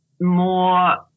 more